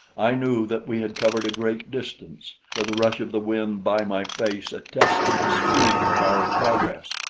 i knew that we had covered a great distance, for the rush of the wind by my face attested the speed of our progress,